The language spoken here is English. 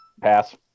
pass